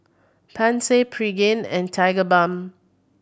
Pansy Pregain and Tigerbalm